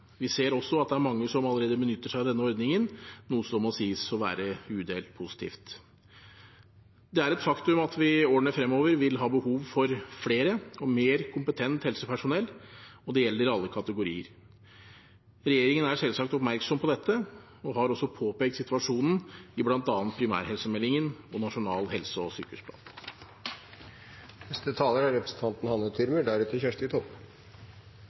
Vi ser også at det er mange som allerede benytter seg av denne ordningen, noe som må sies å være udelt positivt. Det er et faktum at vi i årene fremover vil ha behov for flere og mer kompetent helsepersonell – og det gjelder alle kategorier. Regjeringen er selvsagt oppmerksom på dette og har også påpekt situasjonen, bl.a. i primærhelsemeldingen og i Nasjonal helse- og